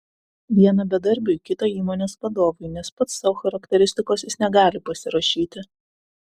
vieną bedarbiui kitą įmonės vadovui nes pats sau charakteristikos jis negali pasirašyti